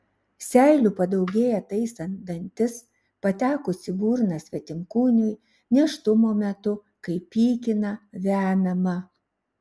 seilių padaugėja taisant dantis patekus į burną svetimkūniui nėštumo metu kai pykina vemiama